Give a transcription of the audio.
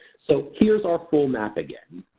so, here's our full map again.